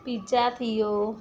pizza थी वियो